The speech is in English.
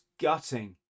gutting